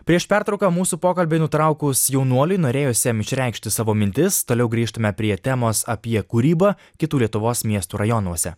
prieš pertrauką mūsų pokalbį nutraukus jaunuoliui norėjusiam išreikšti savo mintis toliau grįžtame prie temos apie kūrybą kitų lietuvos miestų rajonuose